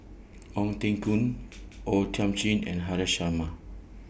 Ong Teng Koon O Thiam Chin and Haresh Sharma